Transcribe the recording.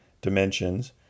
dimensions